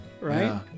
right